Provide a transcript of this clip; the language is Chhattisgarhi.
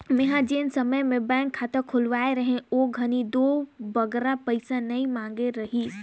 मेंहा जेन समे में बेंक खाता खोलवाए रहें ओ घनी दो बगरा पइसा नी मांगे रहिस